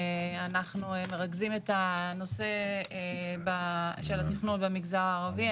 אנחנו מרכזים את הנושא של התכנון במגזר הערבי.